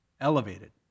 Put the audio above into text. elevated